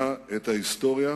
שינה את ההיסטוריה